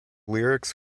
lyrics